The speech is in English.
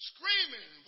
Screaming